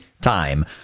time